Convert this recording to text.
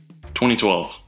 2012